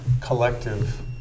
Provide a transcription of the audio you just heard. collective